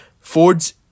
Ford's